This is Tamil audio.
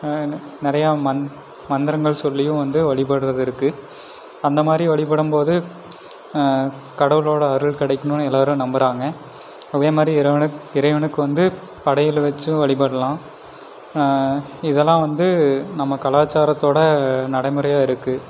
நிறையா மந் மந்திரங்கள் சொல்லியும் வந்து வழிபடுறது இருக்கு அந்த மாதிரி வழிபடும் போது கடவுளோட அருள் கிடைக்கும்னு எல்லாரும் நம்புறாங்க அதே மாதிரி இறைவனுக் இறைவனுக்கு வந்து படையல் வச்சும் வழிபடுலாம் இதெலாம் வந்து நம்ம கலாச்சாரத்தோட நடைமுறையாக இருக்கு